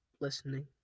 listening